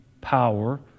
power